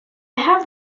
have